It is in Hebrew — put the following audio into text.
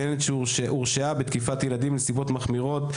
גננת שהורשעה בתקיפת ילדים בנסיבות מחמירות: